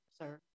sir